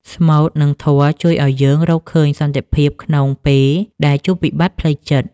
ស្មូត និងធម៌ជួយឱ្យយើងរកឃើញសន្តិភាពក្នុងពេលដែលជួបវិបត្តិផ្លូវចិត្ត។